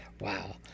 Wow